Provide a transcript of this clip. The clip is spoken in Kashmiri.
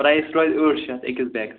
پرٛایِس روزِ ٲٹھ شَتھ أکِس بیگَس